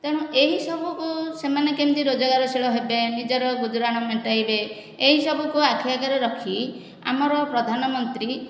ତେଣୁ ଏହି ସବୁକୁ ସେମାନେ କେମିତି ରୋଜଗାରଶୀଳ ହେବେ ନିଜର ଗୁଜରାଣ ମେଣ୍ଟାଇବେ ଏହି ସବୁକୁ ଆଖି ଆଗରେ ରଖି ଆମର ପ୍ରଧାନମନ୍ତ୍ରୀ